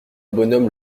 bonhomme